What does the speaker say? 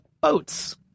boats